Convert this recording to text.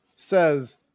says